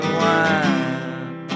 wine